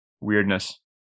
weirdness